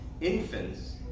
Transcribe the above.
Infants